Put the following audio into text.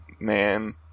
man